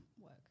work